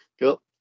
Cool